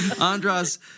Andra's